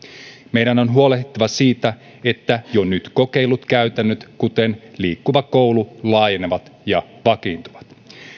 meidän on huolehdittava siitä että jo nyt kokeillut käytännöt kuten liikkuva koulu laajenevat ja vakiintuvat